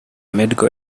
medical